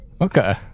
okay